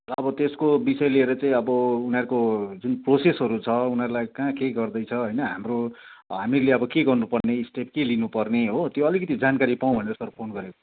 अब त्यसको विषय लिएर चाहिँ अब उनीहरूको जुन प्रोसेसहरू छ उनीहरूलाई कहाँ के गर्दैछ होइन हाम्रो हामीले अब के गर्नुपर्ने स्टेप के लिनुपर्ने हो त्यो अलिकति जानकारी पाउँ भनेर सर फोन गरेको